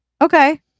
Okay